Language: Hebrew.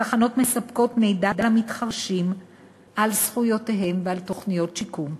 התחנות מספקות מידע למתחרשים על זכויותיהם ועל תוכניות שיקום.